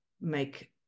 make